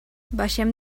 baixem